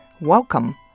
Welcome